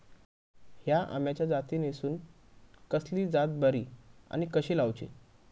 हया आम्याच्या जातीनिसून कसली जात बरी आनी कशी लाऊची?